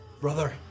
Brother